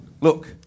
Look